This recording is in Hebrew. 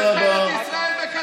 מה גם את רוצה להגיד?